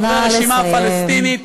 חברי הרשימה הפלסטינית,